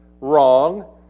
wrong